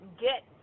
get